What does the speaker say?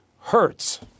hurts